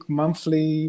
monthly